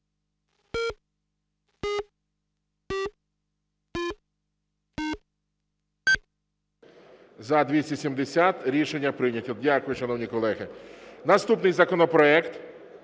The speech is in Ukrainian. За-270 Рішення прийнято. Дякую, шановні колеги. Наступний законопроект…